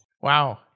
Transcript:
Wow